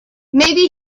maybe